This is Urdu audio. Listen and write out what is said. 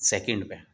سیکینڈ پہ